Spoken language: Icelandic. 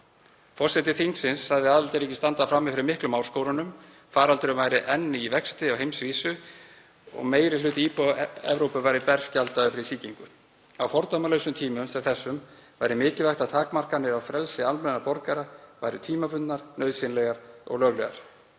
Forseti þingsins sagði aðildarríkin standa frammi fyrir miklum áskorunum, faraldurinn væri enn í vexti á heimsvísu og meiri hluti íbúa Evrópu væri berskjaldaður fyrir sýkingu. Á fordæmalausum tímum sem þessum væri mikilvægt að takmarkanir á frelsi almennra borgara væru tímabundnar, nauðsynlegar og löglegar.